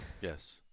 yes